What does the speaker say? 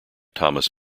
thomas